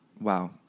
Wow